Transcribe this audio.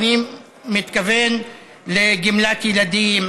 ואני מתכוון לגמלת ילדים,